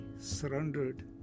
surrendered